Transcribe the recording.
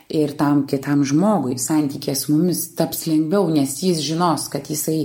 ir tam kitam žmogui santykyje su mumis taps lengviau nes jis žinos kad jisai